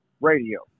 radio